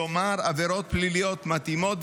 כלומר עבירות פליליות מתאימות,